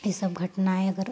ये सब घटनाएँ अगर